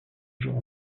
jours